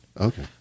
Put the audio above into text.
Okay